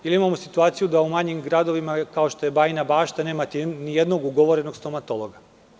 Imamo situaciju da u manjim gradovima, kao što je Bajina Bašta nemate nijednog ugovorenog stomatologa.